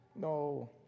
No